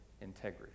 integrity